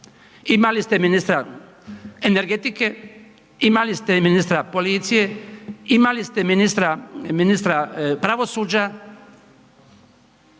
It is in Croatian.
imali ste ministra energetike, imali ste i ministra policije, imali ste ministra pravosuđa,